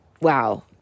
wow